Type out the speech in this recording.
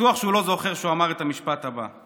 בטוח שהוא לא זוכר שהוא אמר את המשפט הבא: